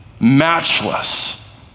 matchless